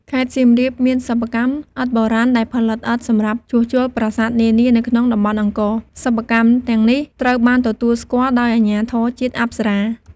ខេត្តសៀមរាប មានសិប្បកម្មឥដ្ឋបុរាណដែលផលិតឥដ្ឋសម្រាប់ជួសជុលប្រាសាទនានានៅក្នុងតំបន់អង្គរ។ សិប្បកម្មទាំងនេះត្រូវបានទទួលស្គាល់ដោយអាជ្ញាធរជាតិអប្សរា។